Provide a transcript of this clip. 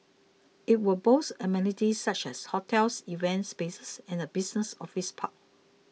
it will boast amenities such as hotels events spaces and a business office park